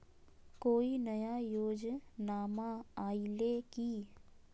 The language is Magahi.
कोइ नया योजनामा आइले की?